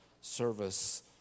service